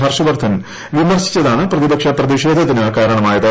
ഹർഷ്വർധൻ വിമർശിച്ചതാണ് പ്രതിപക്ഷ പ്രതിഷേധത്തിന് കാരണമായത്